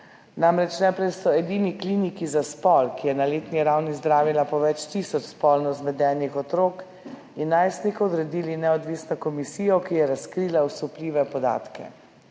Najprej so edini kliniki za spol, ki je na letni ravni zdravila po več tisoč spolno zmedenih otrok in najstnikov, odredili neodvisno komisijo, ki je razkrila osupljive podatke